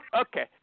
okay